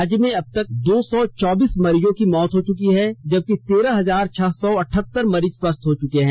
राज्य में अब तक दो सौ चौबीस मरीजों की मौत हो चुकी है जबकि तेरह हजार छह सौ अठहतर मरीज स्वस्थ हो चुके हैं